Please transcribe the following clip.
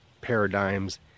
paradigms